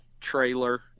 trailer